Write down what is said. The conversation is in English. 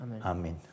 Amen